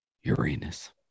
uranus